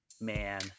man